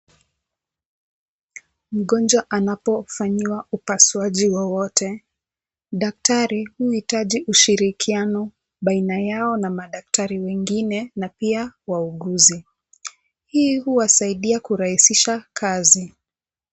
Mgonjwa anapofanyiwa upasuaji wowote, daktari huhitaji ushirikiano baina yao na madaktari wengine na pia wauguzi. Hii huwasaidia kurahisisha kazi.